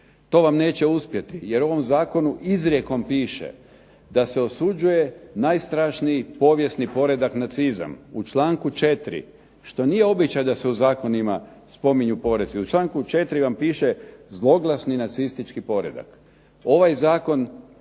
To vam neće uspjeti, jer u ovom zakonu izrijekom piše da se osuđuje najstražniji povijesni poredak nacizam, u članku 4. što nije običaj da se u zakonima spominju poreci, u članku 4. vam piše zloglasni nacistički poredak. Ovaj Zakon